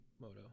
Moto